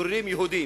מתגוררים יהודים.